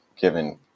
given